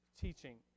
teaching